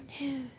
news